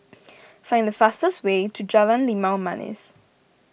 find the fastest way to Jalan Limau Manis